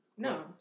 No